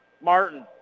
Martin